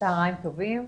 צהריים טובים.